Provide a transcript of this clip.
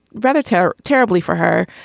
rather terror terribly for her.